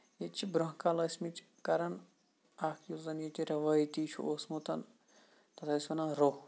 ییٚتہِ چھِ برونہہ کالہٕ ٲسۍ متٕۍ کران اکھ یُس زَن ییٚتہِ ریوٲیتی چھُ اوسمُت تَتھ ٲسۍ وَنان روف